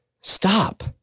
Stop